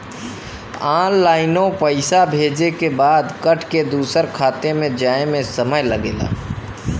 ऑनलाइनो पइसा भेजे के बाद कट के दूसर खाते मे जाए मे समय लगला